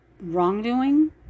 wrongdoing